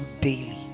daily